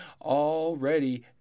already